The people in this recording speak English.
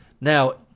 Now